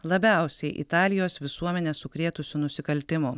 labiausiai italijos visuomenę sukrėtusių nusikaltimų